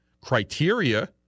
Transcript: criteria